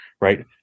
right